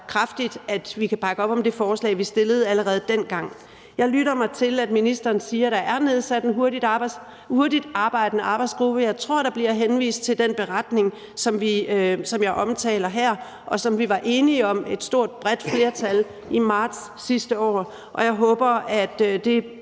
kraftigt at bakke op om det forslag, vi allerede dengang fremsatte. Jeg lytter mig til, at ministeren siger, at der er nedsat en hurtigtarbejdende arbejdsgruppe, og jeg tror, der blev henvist til den beretning, som jeg omtaler her, og som et stort bredt flertal var enige om i marts sidste år, og jeg håber, at det